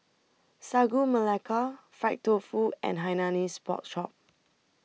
Sagu Melaka Fried Tofu and Hainanese Pork Chop